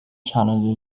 channel